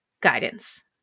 guidance